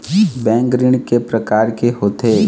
Bank ऋण के प्रकार के होथे?